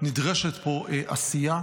שנדרשת פה עשייה.